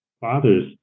fathers